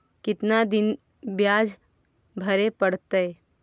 कितना दिन बियाज भरे परतैय?